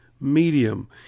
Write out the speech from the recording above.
medium